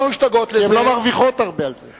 כי הן לא מרוויחות הרבה על זה.